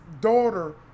daughter